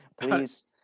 please